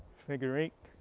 figure eight.